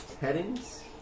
headings